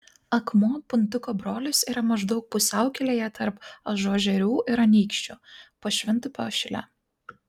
akmuo puntuko brolis yra maždaug pusiaukelėje tarp ažuožerių ir anykščių pašventupio šile